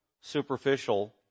superficial